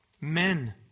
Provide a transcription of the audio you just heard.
Men